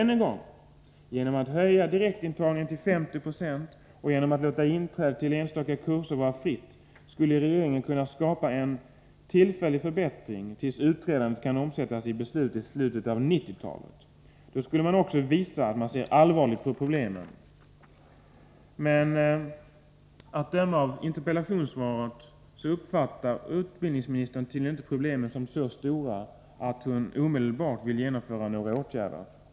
Än en gång: Genom att höja direktintagningen till 50 6 och genom att låta tillträdet till enstaka kurser vara fritt skulle regeringen kunna skapa en tillfällig förbättring till dess utredandet i slutet av 1990 kan omsättas i beslut. Då skulle man också visa att man ser allvarligt på problemen. Men att döma av interpellationssvaret uppfattar utbildningsministern tydligen inte problemen som så stora att hon omedelbart vill genomföra några åtgärder.